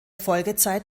folgezeit